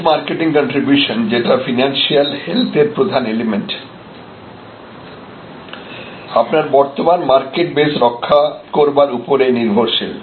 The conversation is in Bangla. নেট মার্কেট কন্ট্রিবিউশন যেটা ফিনান্সিয়াল হেলথ এর প্রধান এলিমেন্ট আপনার বর্তমান মার্কেট বেস রক্ষা করবার উপরে নির্ভরশীল